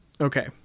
Okay